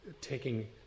taking